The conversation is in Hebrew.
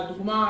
לדוגמה,